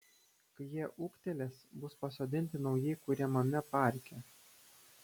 kai jie ūgtelės bus pasodinti naujai kuriamame parke